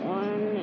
one